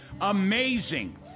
amazing